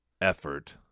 effort